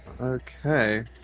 Okay